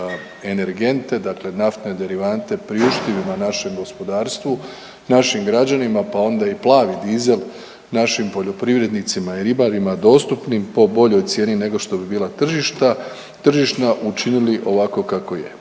energente, dakle naftne derivate priuštivima našem gospodarstvu, našim građanima, pa onda i plavi dizel našim poljoprivrednicima i ribarima dostupnim po boljoj cijeni nego što bi bila tržišta, tržišna učinili ovako kako je.